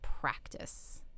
practice